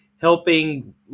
helping